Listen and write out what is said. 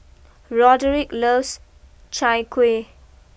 Roderick loves Chai Kueh